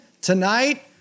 tonight